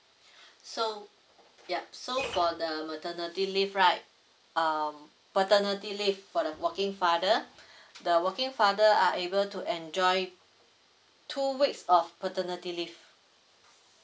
so yup so for the maternity leave right um paternity leave for the working father the working father are able to enjoy two weeks of paternity leave